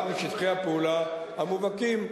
אחד משטחי הפעולה המובהקים,